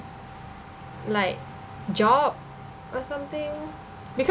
like job or something because